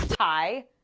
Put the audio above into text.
hi.